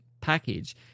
package